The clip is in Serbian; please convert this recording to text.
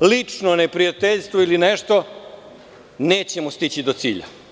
lično neprijateljstvo ili nešto, nećemo stići do cilja.